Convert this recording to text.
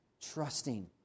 Trusting